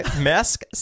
mask